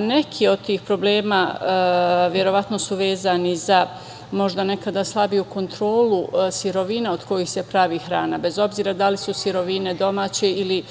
Neki od tih problema verovatno su vezani za možda nekada slabiju kontrolu sirovina od kojih se pravi hrana, bez obzira da li su sirovine domaće ili